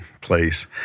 Place